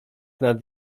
nad